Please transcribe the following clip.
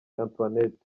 antoinette